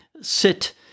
sit